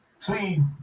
See